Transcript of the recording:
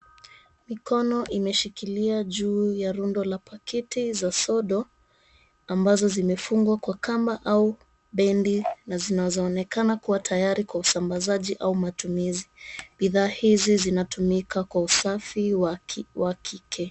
Mikono imeshikilia juu ya rundo la paketi za sodo, ambazo zimefungwa kwa kamba au bendi, na zinazoonekana kuwa tayari kwa usambazaji au matumizi. Bidhaa hizi zinatumika kwa usafi wa kike.